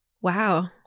Wow